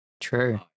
True